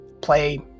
play